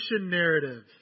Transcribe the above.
narrative